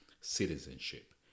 citizenship